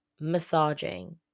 massaging